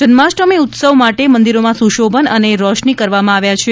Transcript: જન્માષ્ટમી ઉત્સવ માટે મંદિરોમાં સુશોભન અને રોશની કરવામાં આવ્યા છે